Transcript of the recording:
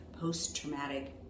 post-traumatic